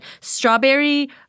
strawberry